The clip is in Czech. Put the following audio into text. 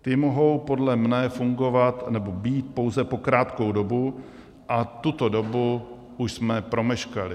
Ty mohou podle mě fungovat nebo být pouze po krátkou dobu a tuto dobu už jsme promeškali.